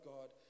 God